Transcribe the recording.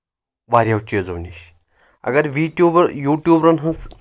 واریاہو چیٖزو نِش اگر ویٖٹوٗبَر یوٗٹیوٗبرن ہٕنٛز